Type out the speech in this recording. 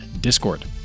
discord